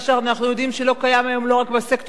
מה שאנחנו יודעים שלא קיים היום לא רק בסקטור